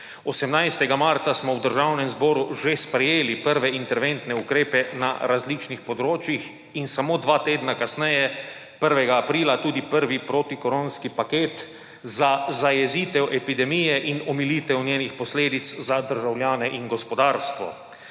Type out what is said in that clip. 18. marca smo v Državnem zboru že sprejeli prve interventne ukrepe na različnih področjih in samo dva tedna kasneje, 1. aprila, tudi prvi protikoronski paket za zajezitev epidemije in omilitev njenih posledic za državljane in gospodarstvo.